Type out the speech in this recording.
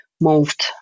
moved